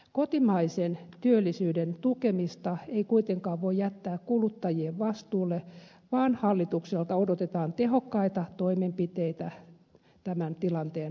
kotimaisen työllisyyden tukemista ei kuitenkaan voi jättää kuluttajien vastuulle vaan hallitukselta odotetaan tehokkaita toimenpiteitä tämän tilanteen parantamiseksi